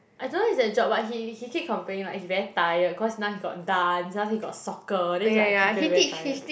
I don't know eh his job but he he keep complaining like he very tired cause now he got dance then after that he got soccer then he like he feel very very tired